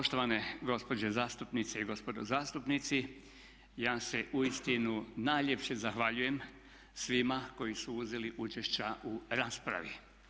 poštovane gospođe zastupnice i gospodo zastupnici ja se uistinu najljepše zahvaljujem svima koji su uzeli učešća u raspravi.